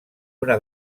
una